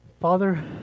Father